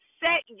set